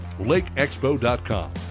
lakeexpo.com